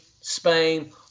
Spain